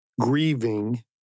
grieving